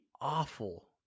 awful